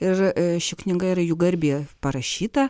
ir ši knyga yra jų garbė parašyta